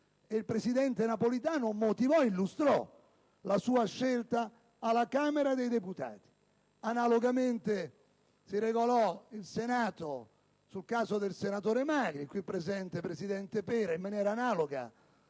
il presidente Napolitano motivò e illustrò la sua scelta alla Camera dei deputati. Analogamente si regolò il Senato sul caso del senatore Magri. L'allora presidente Pera, qui presente, in maniera analoga